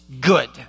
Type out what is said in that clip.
good